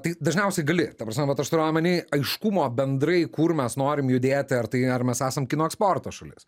tai dažniausiai gali ta prasme vat aš turiu omeny aiškumo bendrai kur mes norim judėti ar tai ar mes esam kino eksporto šalis